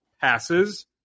passes